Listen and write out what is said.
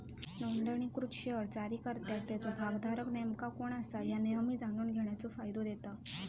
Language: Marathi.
नोंदणीकृत शेअर्स जारीकर्त्याक त्याचो भागधारक नेमका कोण असा ह्या नेहमी जाणून घेण्याचो फायदा देता